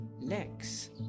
legs